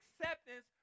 acceptance